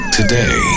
Today